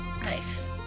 Nice